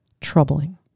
troubling